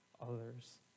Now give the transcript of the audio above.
others